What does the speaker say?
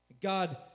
God